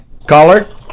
caller